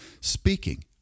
Speaking